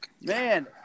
man